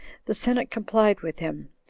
the senate complied with him,